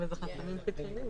לא הגיע.